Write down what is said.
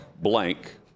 blank